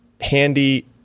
handy